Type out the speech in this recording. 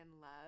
love